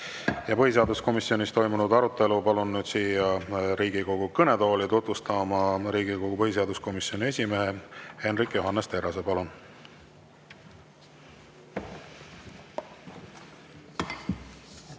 Põhiseaduskomisjonis toimunud arutelu palun siia Riigikogu kõnetooli tutvustama Riigikogu põhiseaduskomisjoni esimehe Hendrik Johannes Terrase. Palun!